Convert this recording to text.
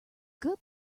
good